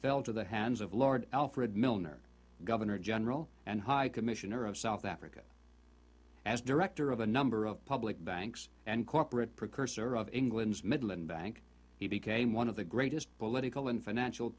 into the hands of lord alfred milner governor general and high commissioner of south africa as director of a number of public banks and corporate precursor of england's midland bank he became one of the greatest political and financial